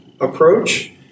approach